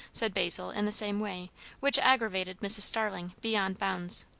said basil in the same way which aggravated mrs. starling, beyond bounds.